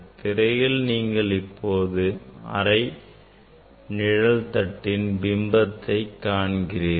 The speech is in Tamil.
திரையில் நீங்கள் இப்போது அரை நிழல் தட்டின் பிம்பத்தை காண்கிறீர்கள்